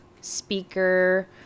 speaker